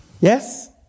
Yes